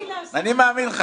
אני מאמין לך.